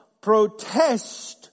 protest